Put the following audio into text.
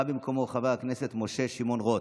בא חבר הכנסת משה שמעון רוט,